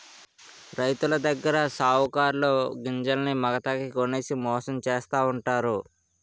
రైతులదగ్గర సావుకారులు గింజల్ని మాగతాకి కొనేసి మోసం చేస్తావుంటారు